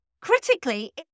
Critically